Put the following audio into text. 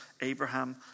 Abraham